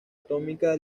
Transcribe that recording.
atómica